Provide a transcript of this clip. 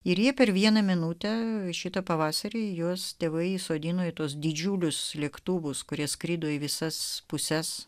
ir jie per vieną minutę šitą pavasarį juos tėvai įsodino į tuos didžiulius lėktuvus kurie skrido į visas puses